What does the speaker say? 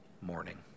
morning